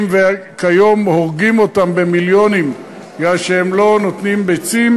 וכיום הורגים אותם במיליונים בגלל שהם לא נותנים ביצים,